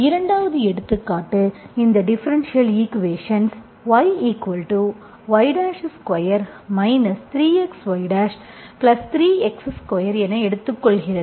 2 வது எடுத்துக்காட்டு இந்த டிஃபரென்ஷியல் ஈக்குவேஷன்ஸ் yy2 3xy3x2 என எடுத்துக்கொள்கிறது